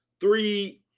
three